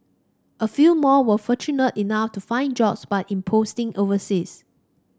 a few more were fortunate enough to find jobs but in posting overseas